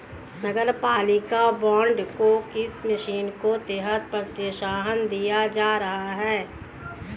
नगरपालिका बॉन्ड को किस मिशन के तहत प्रोत्साहन दिया जा रहा है?